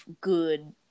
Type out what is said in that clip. good